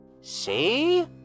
See